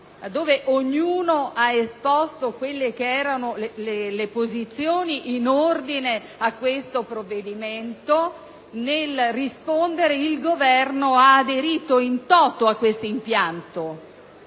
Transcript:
dove ognuno ha esposto le posizioni in ordine a questo provvedimento, nel rispondere il Governo ha aderito *in toto* a questo impianto.